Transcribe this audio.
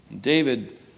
David